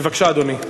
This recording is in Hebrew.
בבקשה, אדוני.